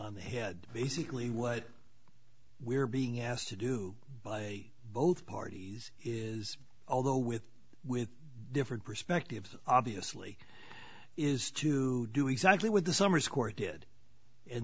on the head basically what we're being asked to do by both parties is although with with different perspectives obviously is to do exactly what the summer's court did and